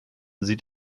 sieht